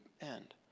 end